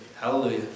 Hallelujah